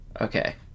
Okay